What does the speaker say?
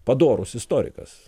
padorus istorikas